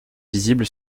visible